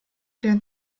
der